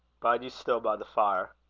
bide ye still by the fire.